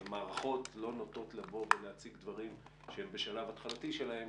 מערכות לא נוטות לבוא ולהציג דברים שהם בשלב התחלתי שלהם,